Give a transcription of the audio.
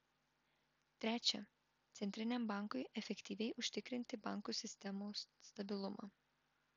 trečia centriniam bankui efektyviai užtikrinti bankų sistemos stabilumą